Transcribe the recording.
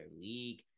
League